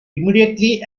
immediately